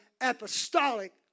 apostolic